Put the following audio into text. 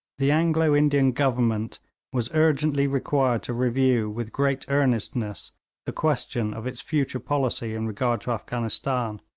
the anglo-indian government was urgently required to review with great earnestness the question of its future policy in regard to afghanistan,